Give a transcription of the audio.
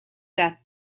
death